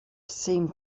seemed